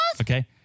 Okay